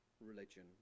religion